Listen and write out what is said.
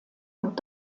und